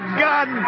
gun